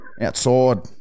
outside